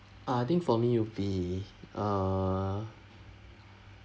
uh I think for me would be err